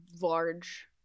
large